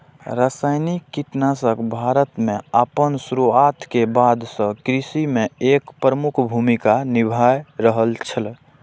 रासायनिक कीटनाशक भारत में आपन शुरुआत के बाद से कृषि में एक प्रमुख भूमिका निभाय रहल छला